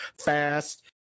fast